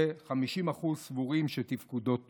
ש-50% סבורים שתפקודו טוב.